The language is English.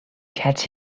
cats